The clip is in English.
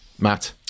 Matt